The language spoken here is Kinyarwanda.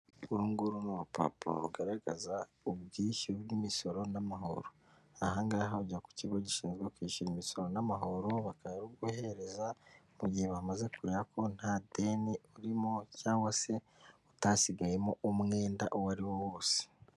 Uru nguru ni urupapuro rugaragaza ubwishyu bw'imisoro n'amahoro, aha ngaha ujya ku kigo gishinzwe kwishyura imisoro n'amahoro bakaruguhereza, mu gihe bamaze kureba ko ntadeni urimo cyangwa se utasigayemo umwenda uwa ari wo wose.